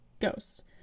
ghosts